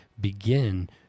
begin